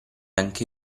anche